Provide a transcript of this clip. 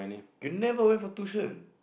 you never went for tuition